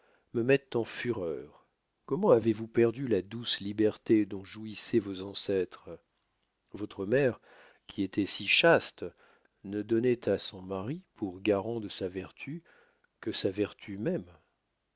me mettent en fureur comment avez-vous perdu la douce liberté dont jouissoient vos ancêtres votre mère qui étoit si chaste ne donnoit à son mari pour garant de sa vertu que sa vertu même